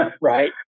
right